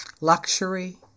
luxury